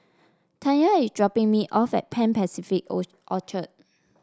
Tanya is dropping me off at Pan Pacific Orchard